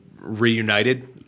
reunited